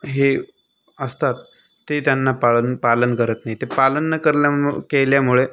हे असतात ते त्यांना पाळण पालन करत नाहीत ते पालन न करण्यामुळे केल्यामुळे